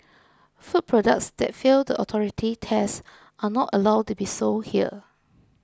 food products that fail the authority's tests are not allowed to be sold here